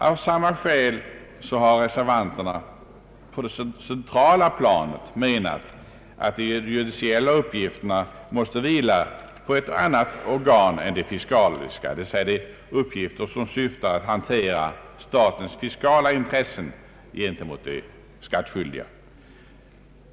Av samma skäl har reservanterna ansett att de judiciella uppgifterna på det centrala planet måste vila på ett annat organ än det som hanterar statens fiskala intressen gentemot de skattskyldiga.